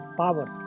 power